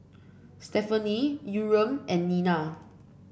Stefani Yurem and Nina